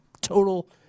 Total